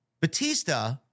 Batista